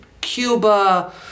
Cuba